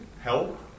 help